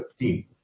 15